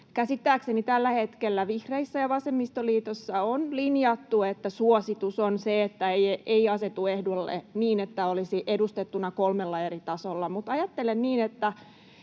käsittääkseni tällä hetkellä vihreissä ja vasemmistoliitossa on linjattu, että suositus on se, että ei asetu ehdolle niin, että olisi edustettuna kolmella eri tasolla, mutta ajattelen niin